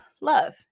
love